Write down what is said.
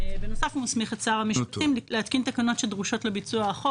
בנוסף הוא מסמיך את שר המשפטים להתקין תקנות שדרושות לביצוע החוק